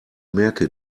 merke